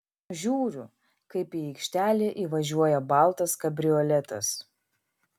žiūriu kaip į aikštelę įvažiuoja baltas kabrioletas